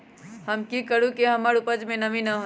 हम की करू की हमर उपज में नमी न होए?